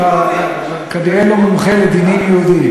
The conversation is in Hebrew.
אתה כנראה לא מומחה לדינים יהודיים.